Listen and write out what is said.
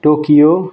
Tokyo